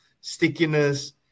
stickiness